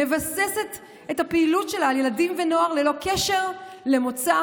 מבססת את הפעילות שלה על ילדים ונוער ללא קשר למוצא,